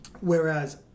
whereas